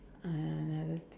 uh another thing